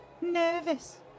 nervous